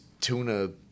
tuna